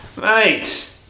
Mate